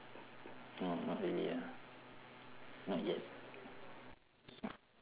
mm not really ah not yet